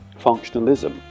functionalism